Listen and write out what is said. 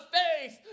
faith